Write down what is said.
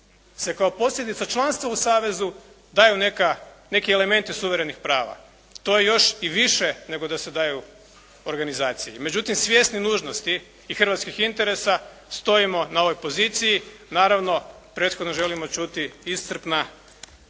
se kao posljedica članstva u savezu daju neka, neki elementi suverenih prava. To je još i više nego da se daju organizaciji. Međutim svjesni nužnosti i hrvatskih interesa stojimo na ovoj poziciji. Naravno prethodno želimo čuti iscrpna